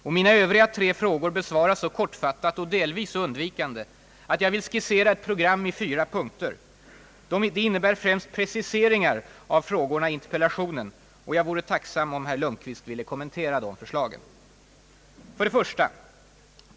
Och mina tre Övriga frågor besvaras så kortfattat och delvis så undvikande att jag vill skissera ett program i fyra punkter, De in nebär främst preciseringar av frågorna i interpellationen, och jag vore tacksam om herr Lundkvist ville kommentera de förslagen. 1.